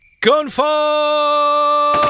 gunfire